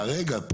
רגע רגע,